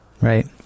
Right